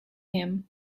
him